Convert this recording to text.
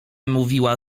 mówiła